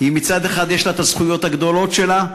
מצד אחד יש לה הזכויות הגדולות שלה,